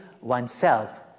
oneself